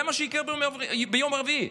זה מה שיקרה ביום רביעי.